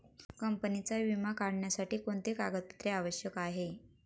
कंपनीचा विमा काढण्यासाठी कोणते कागदपत्रे आवश्यक आहे?